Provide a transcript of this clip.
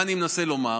מה אני מנסה לומר?